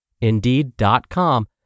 Indeed.com